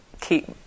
keep